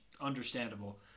understandable